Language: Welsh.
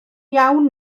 iawn